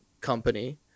company